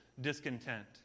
discontent